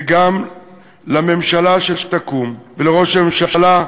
וגם לממשלה שתקום, ולראש הממשלה,